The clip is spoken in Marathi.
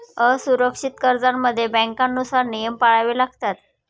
असुरक्षित कर्जांमध्ये बँकांनुसार नियम पाळावे लागतात